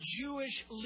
Jewish